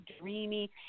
dreamy